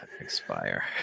expire